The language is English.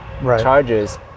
charges